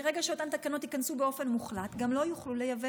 מרגע שאותן תקנות ייכנסו באופן מוחלט גם לא יוכלו לייבא